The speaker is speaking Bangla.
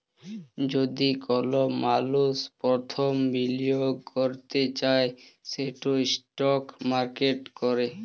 যদি কল মালুস পরথম বিলিয়গ ক্যরতে চায় সেট ইস্টক মার্কেটে ক্যরে